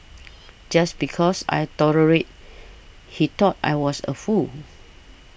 just because I tolerated he thought I was a fool